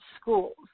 Schools